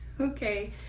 okay